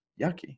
yucky